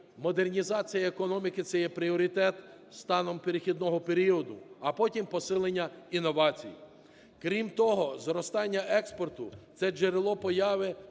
модернізація економіки – це пріоритет станом перехідного періоду, а потім посилення інновацій. Крім того, зростання експорту – це джерело появи